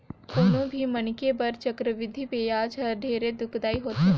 कोनो भी मनखे बर चक्रबृद्धि बियाज हर ढेरे दुखदाई होथे